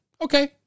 Okay